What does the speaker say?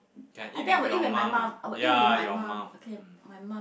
can eat with your mum ah ya your mum hmm